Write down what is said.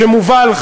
שמובל,